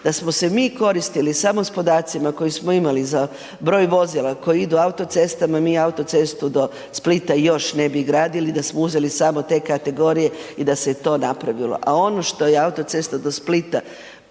Da smo se mi koristili samo s podacima koje smo imali za broj vozila koji idu autocestama, mi autocestu do Splita još ne bi gradili da smo uzeli samo te kategorije i da se to napravilo, a ono što je autocesta do Splita